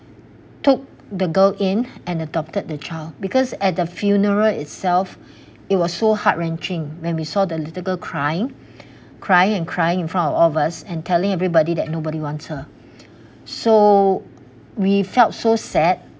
took the girl in and adopted the child because at the funeral itself it was so heart wrenching when we saw the little girl crying crying and crying in front of all us and telling everybody that nobody wants her so we felt so sad